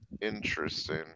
interesting